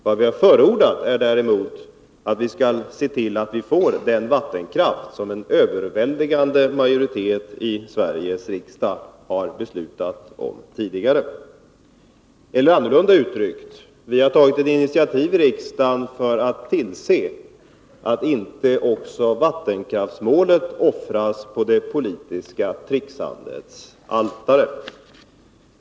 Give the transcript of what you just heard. Vad vi har förordat är däremot att vi skall se till att vi får den vattenkraft som en överväldigande majoritet i Sveriges riksdag har beslutat om tidigare. Eller annorlunda uttryckt: Vi har tagit inititativ i riksdagen för att tillse att inte också vattenkraftsmålet offras på det politiska tricksandets altare.